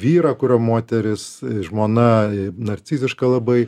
vyrą kurio moteris žmona narciziška labai